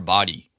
Body